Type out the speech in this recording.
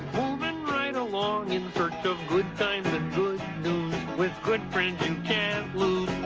movin' right along in search of good times and good news with good friends who can't lose.